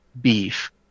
beef